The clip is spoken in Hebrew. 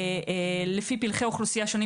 לפי פלחי אוכלוסייה שונים.